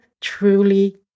truly